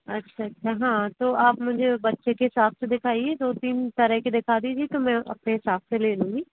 अच्छा अच्छा हाँ तो आप मुझे बच्चे के हिसाब से दिखाइए दो तीन तरह के दिखा दीजिए तो मैं अपने हिसाब से ले लूँगी